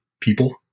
people